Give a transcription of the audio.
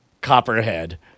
Copperhead